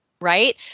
right